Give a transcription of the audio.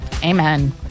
Amen